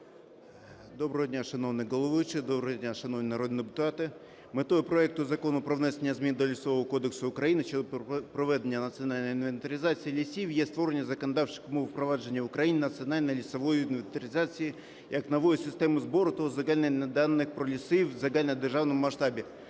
доброго дня, шановні народні депутати. Метою проекту Закону про внесення змін до Лісового кодексу України щодо проведення національної інвентаризації лісів є створення законодавчих умов впровадження в Україні національної лісової інвентаризації як нової системи збору та узагальнення даних про ліси в загальнодержавному масштабі.